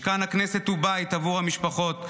משכן הכנסת הוא בית עבור המשפחות,